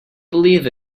believe